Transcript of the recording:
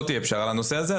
לא תהיה פשרה על הנושא הזה.